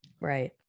Right